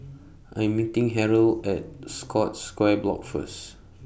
I'm meeting Harold At Scotts Square Block First